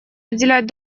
уделять